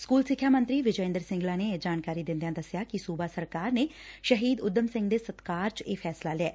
school ਸਿੱਖਿਆ ਮੰਤਰੀ ਵਿਜੈ ਇੰਦਰ ਸਿੰਗਲਾ ਨੇ ਇਹ ਜਾਣਕਾਰੀ ਦਿੰਦਿਆਂ ਦੱਸਿਆ ਕਿ ਸੁਬਾ ਸਰਕਾਰ ਨੇ ਸ਼ਹੀਦ ਉਧਮ ਸਿੰਘ ਦੇ ਸਤਿਕਾਰ ਚ ਇਹ ਫੈਂਸਲਾ ਲਿਆ